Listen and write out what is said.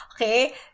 okay